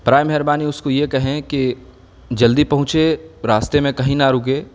برائے مہربانی اس کو یہ کہیں کہ جلدی پہنچے راستے میں کہیں نہ رکے